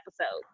episode